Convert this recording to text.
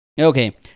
Okay